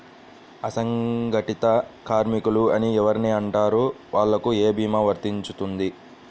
అసంగటిత కార్మికులు అని ఎవరిని అంటారు? వాళ్లకు ఏ భీమా వర్తించుతుంది?